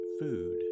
food